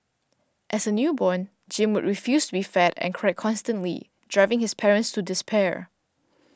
as a newborn Jim would refuse to be fed and cried constantly driving his parents to despair